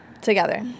together